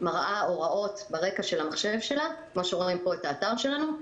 מראה הוראות ברקע של המחשב שלה כמו שרואים פה את האתר שלנו,